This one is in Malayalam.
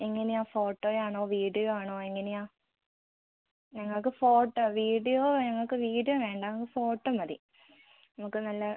എങ്ങനെയാണ് ഫോട്ടോ ആണോ വീഡിയോ ആണോ എങ്ങനെയാണ് ഞങ്ങൾക്ക് ഫോട്ടോ വീഡിയോ ഞങ്ങൾക്ക് വീഡിയോ വേണ്ട ഫോട്ടോ മതി നമുക്ക് നല്ല